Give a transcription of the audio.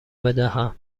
بدهم